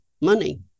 money